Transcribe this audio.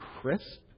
crisp